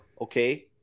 okay